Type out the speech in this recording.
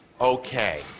okay